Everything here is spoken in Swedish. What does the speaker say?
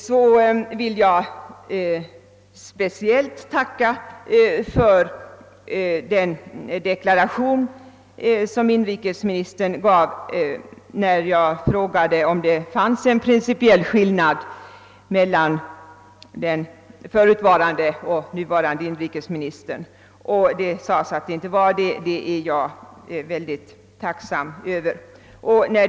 Jag vill speciellt tacka för den deklaration som inrikesministern gav när jag frågade om det fanns någon principiell skillnad i inställning mellan den förutvarande och den nuvarande inrikesministern. Han svarade då att detta inte var fallet, vilket jag är tacksam för.